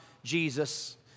Jesus